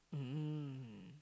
mm